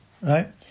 Right